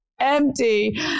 empty